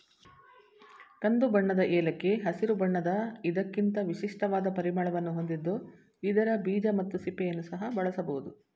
ಕಂದುಬಣ್ಣದ ಏಲಕ್ಕಿ ಹಸಿರು ಬಣ್ಣದ ಇದಕ್ಕಿಂತ ವಿಶಿಷ್ಟವಾದ ಪರಿಮಳವನ್ನು ಹೊಂದಿದ್ದು ಇದರ ಬೀಜ ಮತ್ತು ಸಿಪ್ಪೆಯನ್ನು ಸಹ ಬಳಸಬೋದು